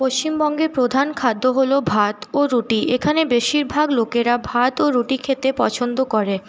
পশ্চিমবঙ্গের প্রধান খাদ্য হল ভাত ও রুটি এখানে বেশিরভাগ লোকেরা ভাত ও রুটি খেতে পছন্দ করে